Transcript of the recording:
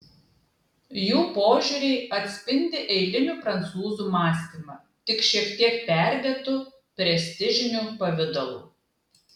jų požiūriai atspindi eilinių prancūzų mąstymą tik šiek tiek perdėtu prestižiniu pavidalu